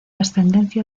ascendencia